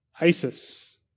ISIS